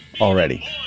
already